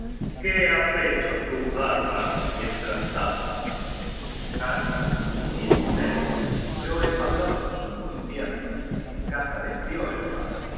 qué has hecho tú harbard mientras tanto harbard yo he pasado cinco inviernos en casa de